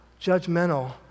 judgmental